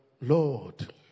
Lord